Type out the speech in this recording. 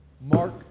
Mark